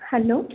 hello